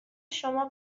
شما